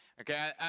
Okay